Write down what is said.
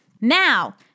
Now